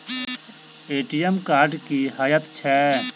ATM card की हएत छै?